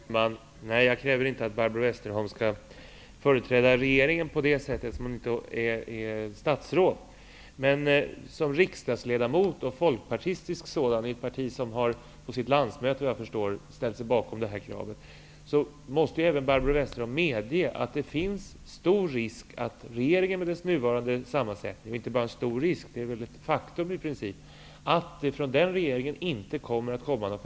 Fru talman! Nej, jag kräver inte att Barbro Westerholm skall företräda regeringen på det sättet eftersom hon inte är statsråd. Folkpartiet har såvitt jag förstår på sitt landsmöte ställt sig bakom det här kravet. Som folkpartistisk riksdagsledamot måste även Barbro Westerholm medge att det finns en stor risk för att det med tanke på regeringens sammansättning inte kommer att bli något förslag. Det finns inte bara en stor risk -- det är i princip ett faktum.